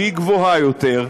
שהיא גבוהה יותר,